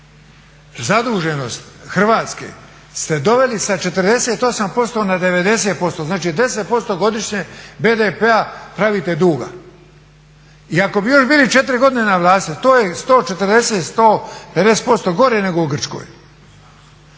zaduženost Hrvatske ste doveli sa 48% na 90%, znači 10% godišnje BDP-a pravite duga. I ako bi još bili 4 godine na vlasti, to je 140, 150% gore nego u Grčkoj.